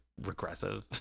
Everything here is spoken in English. regressive